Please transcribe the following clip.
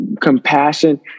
compassion